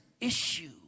issue